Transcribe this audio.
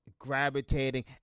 gravitating